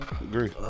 Agree